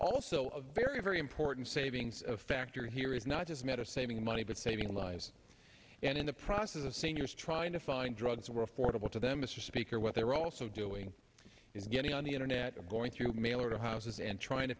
also a very very important savings a factor here is not just a matter saving money but saving lives and in the process of seniors trying to find drugs were affordable to them mr speaker what they're also doing is getting on the internet or going through mail or to houses and trying to